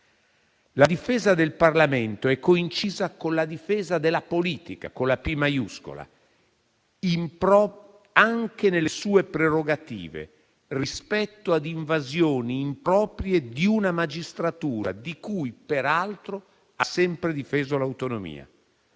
La difesa del Parlamento è coincisa con la difesa della Politica, con la p maiuscola, anche nelle sue prerogative rispetto a invasioni improprie di una magistratura di cui peraltro ha sempre difeso l'autonomia.